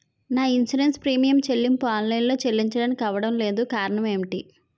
నా insurance premium చెల్లింపు online లో చెల్లించడానికి అవ్వడం లేదు కారణం ఏమిటి?